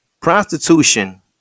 prostitution